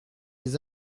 les